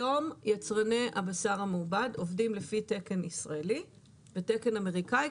היום יצרני הבשר המעובד עובדים לפי תקן ישראלי ותקן אמריקאי,